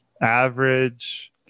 average